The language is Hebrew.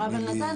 הרב אלנתן,